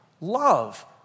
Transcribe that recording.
love